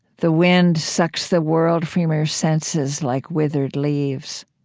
the wind sucks the world from your senses like withered leaves.